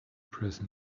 present